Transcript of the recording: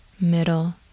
middle